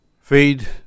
feed